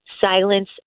silence